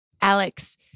Alex